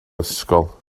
ysgol